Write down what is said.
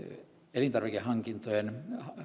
elintarvikehankintojen